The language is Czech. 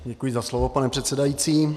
Děkuji za slovo, pane předsedající.